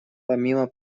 помимо